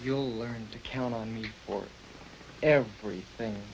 you'll learn to count on me for every thing